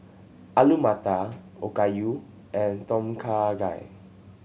Alu Matar Okayu and Tom Kha Gai